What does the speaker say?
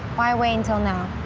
why wait until now?